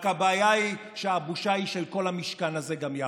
רק הבעיה היא שהבושה היא של כל המשכן הזה גם יחד.